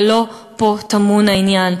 אבל לא פה טמון העניין.